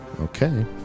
Okay